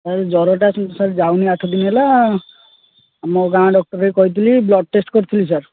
sir ଜ୍ଵରଟା କିନ୍ତୁ sir ଯାଉନି ଆଠ ଦିନି ହେଲା ଆମ ଗାଁ ଡକ୍ଟର୍ ଭାଇକି କହିଥିଲି ବ୍ଲଡ଼୍ ଟେଷ୍ଟ କରିଥିଲି ସାର୍